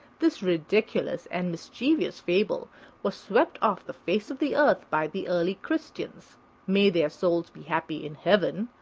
this ridiculous and mischievous fable was swept off the face of the earth by the early christians may their souls be happy in heaven!